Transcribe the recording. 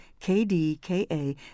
KDKA